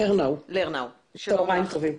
צוהריים טובים.